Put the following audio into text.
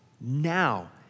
Now